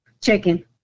Chicken